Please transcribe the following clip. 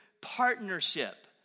partnership